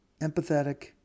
empathetic